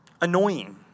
annoying